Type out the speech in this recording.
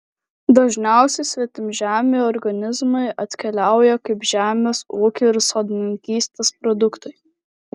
dažniausiai svetimžemiai organizmai atkeliauja kaip žemės ūkio ir sodininkystės produktai